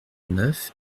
neuf